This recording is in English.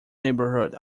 neighbourhood